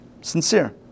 Sincere